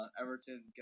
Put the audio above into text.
Everton